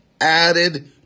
added